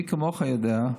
מי כמוך יודע,